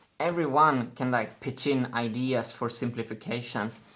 everyone can, like, pitch in ideas for simplifications.